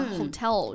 hotel